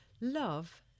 Love